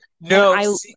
No